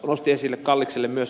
kallikselle myös